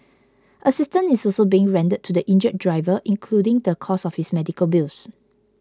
assistance is also being rendered to the injured driver including the cost of his medical bills